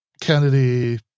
Kennedy